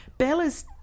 Bella's